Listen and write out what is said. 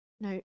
no